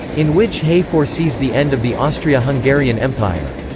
in which hay foresees the end of the austria-hungarian empire.